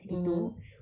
mmhmm